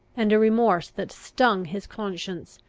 and a remorse that stung his conscience,